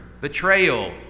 betrayal